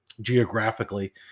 geographically